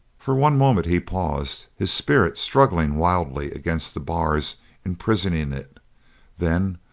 for one moment he paused, his spirit struggling wildly against the bars imprisoning it then,